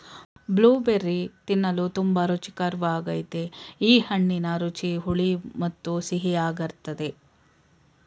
blueberry ತಿನ್ನಲು ತುಂಬಾ ರುಚಿಕರ್ವಾಗಯ್ತೆ ಈ ಹಣ್ಣಿನ ರುಚಿ ಹುಳಿ ಮತ್ತು ಸಿಹಿಯಾಗಿರ್ತದೆ